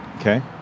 Okay